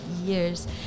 years